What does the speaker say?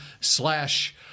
slash